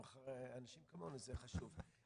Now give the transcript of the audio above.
לאנשים כמונו, זה נורא חשוב.